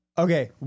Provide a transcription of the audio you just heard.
Okay